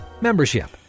Membership